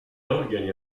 organi